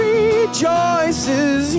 rejoices